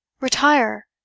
Retire